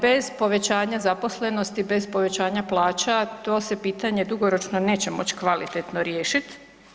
Bez povećanja zaposlenosti, bez povećanja plaća to se pitanje dugoročno neće moć kvalitetno riješit.